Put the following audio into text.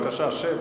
הצבעה.